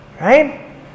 right